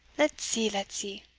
let's see, let's see!